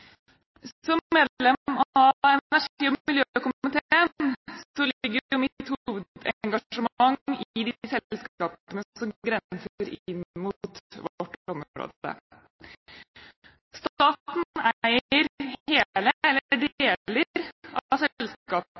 Som medlem av energi- og miljøkomiteen ligger mitt hovedengasjement i de selskapene som grenser inn mot vårt område. Staten eier hele eller